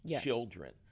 children